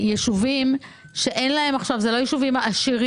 אני לא רוצה שיובן לא נכון: דימי מקצרין הוא בחור עשר.